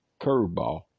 curveball